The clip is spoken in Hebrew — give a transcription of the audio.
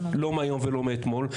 לא מהיום ולא מאתמול.